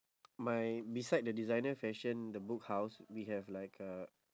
my beside the designer fashion the book house we have like uh